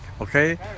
Okay